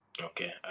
Okay